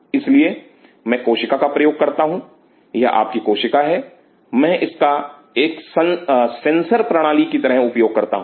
इसलिए मैं कोशिका का प्रयोग करता हूं यह आपकी कोशिका है मैं इसका एक सेंसर प्रणाली की तरह उपयोग करता हूं